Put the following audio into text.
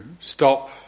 stop